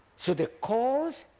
so the cause